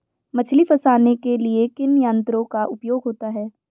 मछली फंसाने के लिए किन यंत्रों का उपयोग होता है?